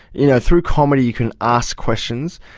you know, through comedy you can ask questions.